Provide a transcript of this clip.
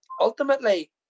ultimately